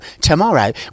tomorrow